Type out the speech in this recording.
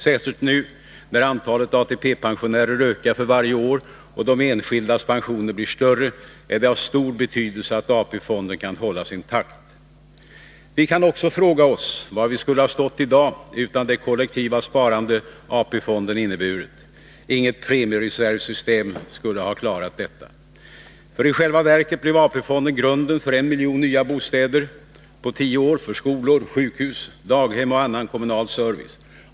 Särskilt nu, när antalet ATP-pensionärer ökar för varje år och de enskildas pensioner blir större, är det av stor betydelse att AP-fonden kan hållas intakt. Vi kan också fråga oss var vi skulle ha stått i dag utan det kollektiva sparande AP-fonden inneburit. Inget premiereservsystem skulle ha klarat detta, för i själva verket blev AP-fonden grunden för en miljon nya bostäder på tio år, för skolor, sjukhus, daghem och annan kommunal service.